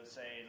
say